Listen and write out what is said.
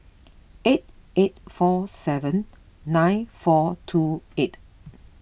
eight eight four seven nine four two eight